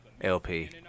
LP